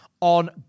on